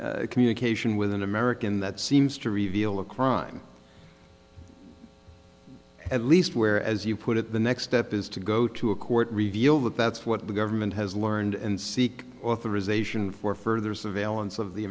communication with an american that seems to reveal a crime at least where as you put it the next step is to go to a court reveal that that's what the government has learned and seek authorization for further surveillance of the